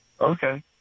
Okay